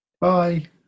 Bye